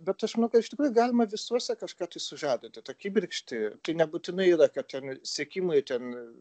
bet aš manau kad iš tikrųjų galima visuose kažką tai sužadinti tą kibirkštį tai nebūtinai yra kad ten sekimai ten